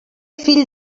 fill